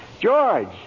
George